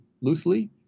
loosely